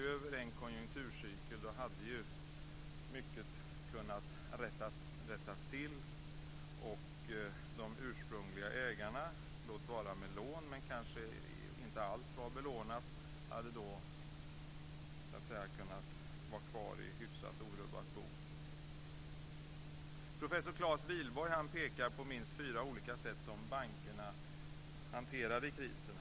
"Över en konjunkturcykel" hade mycket kunnat rättas till, och de ursprungliga ägarna - låt vara med lån, men kanske inte allt var belånat - hade då kunnat vara kvar i hyfsat orubbat bo. Professor Clas Wihlborg pekar på minst fyra olika sätt som bankerna hanterade krisen.